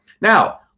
Now